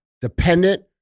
dependent